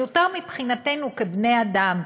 מיותר מבחינתנו כבני-אדם.